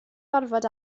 gorfod